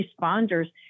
responders